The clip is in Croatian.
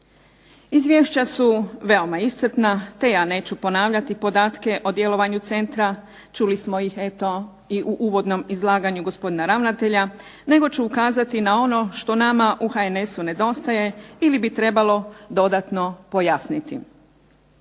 Izvješća su veoma iscrpna te ja neću ponavljati podatke o djelovanju centra, čuli smo ih eto i u uvodnom izlaganju gospodina ravnatelja, nego ću ukazati na ono što nama u HNS-u nedostaje ili bi trebalo dodatno pojasniti.